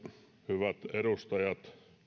hyvät edustajat